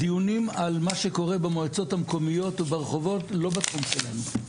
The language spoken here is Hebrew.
הדיונים על מה שקורה במועצות המקומיות וברחובות לא בתחום שלנו.